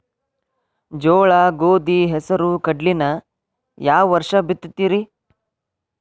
ಜೋಳ, ಗೋಧಿ, ಹೆಸರು, ಕಡ್ಲಿನ ಯಾವ ವರ್ಷ ಬಿತ್ತತಿರಿ?